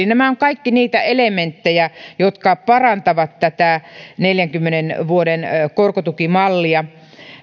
eli nämä ovat kaikki niitä elementtejä jotka parantavat tätä neljänkymmenen vuoden korkotukimallia